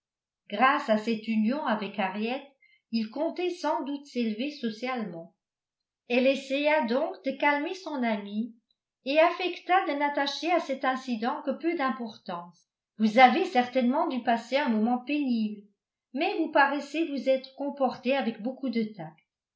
grâce à cette union avec harriet ils comptaient sans doute s'élever socialement elle essaya donc de calmer son amie et affecta de n'attacher à cet incident que peu d'importance vous avez certainement dû passer un moment pénible mais vous paraissez vous être comportée avec beaucoup de